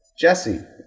Jesse